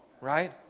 right